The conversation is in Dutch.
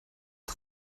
het